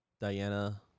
Diana